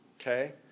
Okay